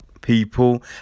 people